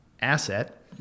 asset